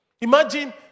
Imagine